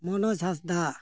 Manoj Hansda